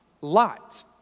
Lot